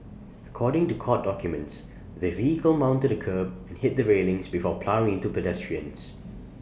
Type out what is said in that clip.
according to court documents the vehicle mounted A kerb and hit the railings before ploughing into pedestrians